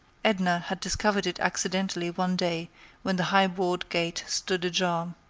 edna had discovered it accidentally one day when the high-board gate stood ajar.